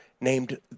named